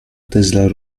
tesla